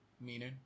Meaning